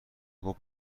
گفت